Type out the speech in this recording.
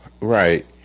right